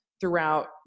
throughout